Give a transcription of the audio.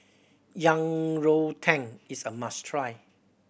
Yang Rou Tang is a must try